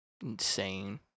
insane